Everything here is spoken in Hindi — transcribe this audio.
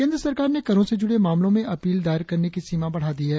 केंद्र सरकार ने करों से जुड़े मामलों में अपील दायर करने की सीमा बढ़ा दी है